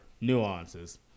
nuances